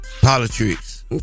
Politics